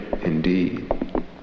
indeed